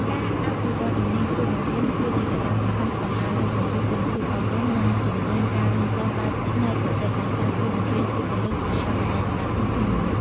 ការអភិវឌ្ឍន៍ជំនាញគ្រូបង្រៀនគឺជាកត្តាសំខាន់ក្នុងការលើកកម្ពស់គុណភាពអប់រំ និងជំរុញការរៀនសូត្របែបច្នៃប្រឌិត ដោយសារគ្រូបង្រៀនជាគន្លឹះក្នុងការបណ្តុះបណ្តាលធនធានមនុស្ស។